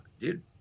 dude